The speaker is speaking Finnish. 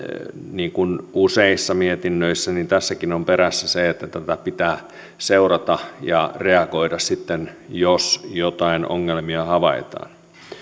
niin kuin useissa mietinnöissä tässäkin on perässä se että tätä pitää seurata ja reagoida sitten jos jotain ongelmia havaitaan